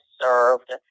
served